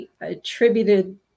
attributed